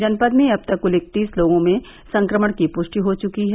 जनपद में अब तक कुल इकतीस लोगों में संक्रमण की पुष्टि हो चुकी है